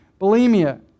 bulimia